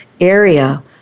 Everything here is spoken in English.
area